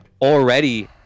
already